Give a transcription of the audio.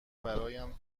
برایم